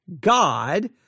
God